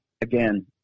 again